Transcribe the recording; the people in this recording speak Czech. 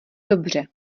dobře